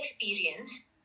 experience